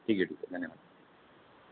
ठीक आहे ठीक आहे धन्यवाद